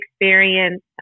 experience